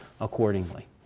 accordingly